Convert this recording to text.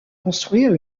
construire